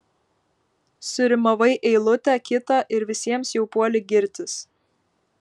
surimavai eilutę kitą ir visiems jau puoli girtis